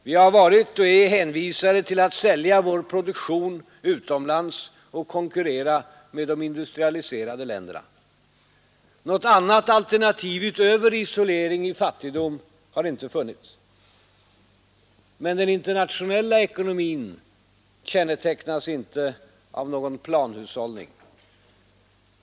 Vi har varit och är hänvisade till att sälja vår produktion utomlands och konkurrera med de industrialiserade länderna. Något annat alternativ utöver isolering i fattigdom har inte funnits. Men den internationella ekonomin kännetecknas inte av någon planhushållning.